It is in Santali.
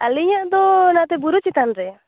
ᱟᱹᱞᱤᱧᱟᱜ ᱫᱚ ᱱᱟᱛᱮ ᱵᱩᱨᱩ ᱪᱮᱛᱟᱱ ᱨᱮ